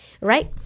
right